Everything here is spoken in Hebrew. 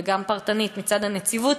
וגם פרטנית מצד הנציבות,